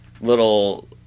little